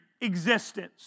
existence